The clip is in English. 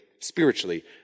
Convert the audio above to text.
spiritually